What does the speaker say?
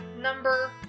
number